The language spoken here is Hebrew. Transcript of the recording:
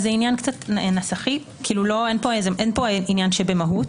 זה עניין נוסחי, אין פה עניין שבמהות.